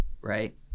right